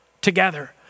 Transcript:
together